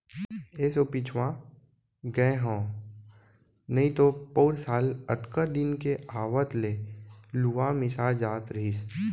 एसो पिछवा गए हँव नइतो पउर साल अतका दिन के आवत ले लुवा मिसा जात रहिस